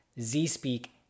Z-Speak